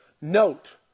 Note